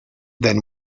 then